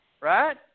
right